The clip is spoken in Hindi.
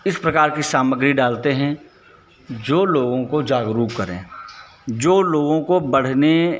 इस प्रकार की सामग्री डालते हैं जो लोगों को जागरूक करें जो लोगों को बढ़ने